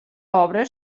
obra